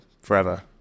forever